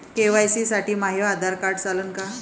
KYC साठी माह्य Aadhaar card चालन का?